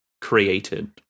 created